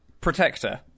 Protector